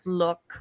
look